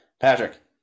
Patrick